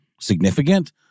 significant